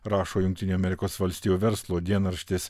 rašo jungtinių amerikos valstijų verslo dienraštis